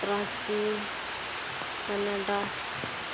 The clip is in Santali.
ᱨᱟᱺᱪᱤ ᱠᱟᱱᱟᱰᱟ